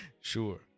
Sure